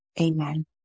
Amen